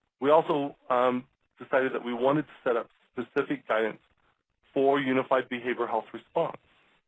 we also decided that we wanted to set up specific guidance for unified behavioral health response